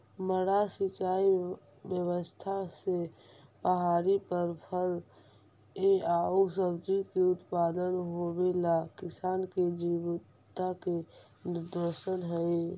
मड्डा सिंचाई व्यवस्था से पहाड़ी पर फल एआउ सब्जि के उत्पादन होवेला किसान के जीवटता के निदर्शन हइ